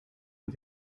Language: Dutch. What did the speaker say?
met